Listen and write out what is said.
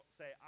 say